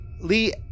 Lee